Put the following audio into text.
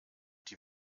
die